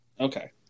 okay